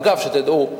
אגב, שתדעו,